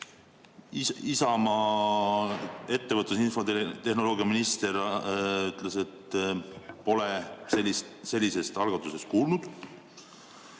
Isamaa ettevõtlus‑ ja infotehnoloogiaminister on öelnud, et pole sellisest algatusest kuulnud.